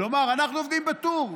לומר: אנחנו עובדים בטור,